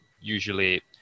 usually